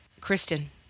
Kristen